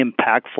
impactful